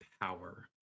power